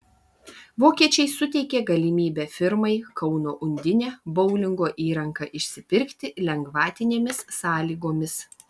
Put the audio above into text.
vokiečiai suteikė galimybę firmai kauno undinė boulingo įrangą išsipirkti lengvatinėmis sąlygomis